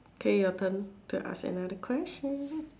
K your turn to ask another question